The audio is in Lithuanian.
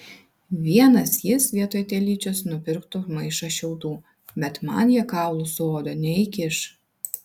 vienas jis vietoj telyčios nupirktų maišą šiaudų bet man jie kaulų su oda neįkiš